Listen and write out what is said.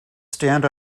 stand